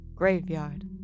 Graveyard